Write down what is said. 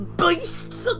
beasts